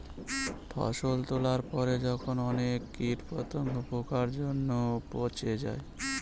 ফসল তোলার পরে যখন অনেক কীট পতঙ্গ, পোকার জন্য পচে যায়